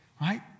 Right